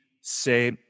say